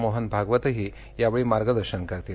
मोहन भागवतही यावेळी मार्गदर्शन करतील